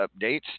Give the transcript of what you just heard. updates